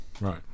right